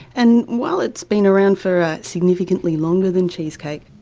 and while it's been around for significantly longer than cheesecake,